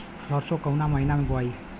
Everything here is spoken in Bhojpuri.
सरसो काउना महीना मे बोआई?